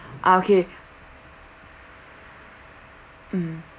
ah okay mm